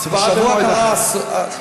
הצבעה במועד אחר.